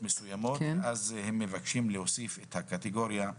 מסוימות אז הם מבקשים להוסיף את הקטגוריה: